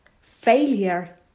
Failure